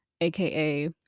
aka